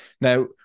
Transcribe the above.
Now